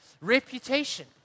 Reputation